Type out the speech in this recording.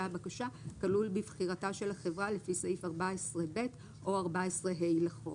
הבקשה כלול בבחירתה של החברה לפי סעיף 14ב או 14ה לחוק".